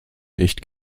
nicht